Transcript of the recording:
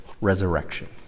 resurrection